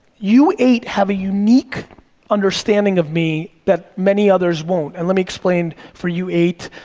you eight have a unique understanding of me that many others won't, and let me explain, for you eight,